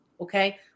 Okay